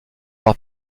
par